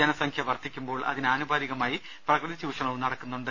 ജനസംഖ്യ വർദ്ധിക്കുമ്പോൾ അതിന് ആനുപാതികമായി പ്രകൃതി ചൂഷണവും നടക്കുന്നുണ്ട്